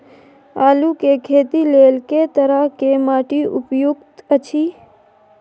आलू के खेती लेल के तरह के माटी उपयुक्त अछि?